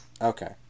Okay